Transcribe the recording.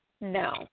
no